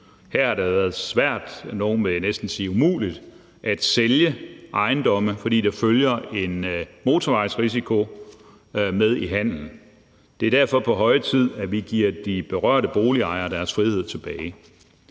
vil næsten sige umuligt, at sælge ejendomme, fordi der følger en motorvejsrisiko med i handelen. Det er derfor på høje tid, at vi giver de berørte boligejere deres frihed tilbage.